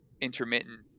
intermittent